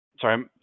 sorry